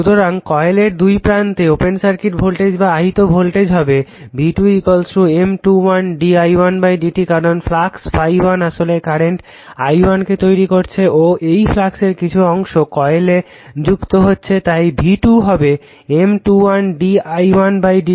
সুতরাং কয়েলের দুই প্রান্তে ওপেন সার্কিট ভোল্টেজ বা আহিত ভোল্টেজ হবে v2 M21 d i1 dt কারণ ফ্লাক্স ∅1 আসলে কারেন্ট i1 কে তৈরি করছে ও এই ফ্লাক্সের কিছু অংশ কয়েলে যুক্ত হচ্ছে তাই v2 হবে M21 d i1 dt